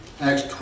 Acts